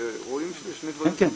שרואים שזה שני דברים שונים,